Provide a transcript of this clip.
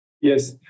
Yes